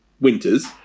winters